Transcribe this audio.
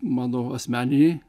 mano asmeniniai